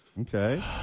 Okay